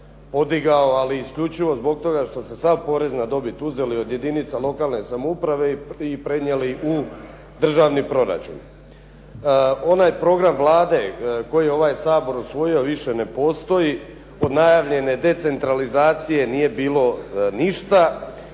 ali isključivo zbog toga što ste sav porez na dobiti uzeli od jedinica lokalne samouprave i prenijeli u državni proračun. Onaj program Vlade koji je ovaj Saboru usvojio više ne postoji, od najavljene decentralizacije nije bilo ništa,